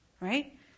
Right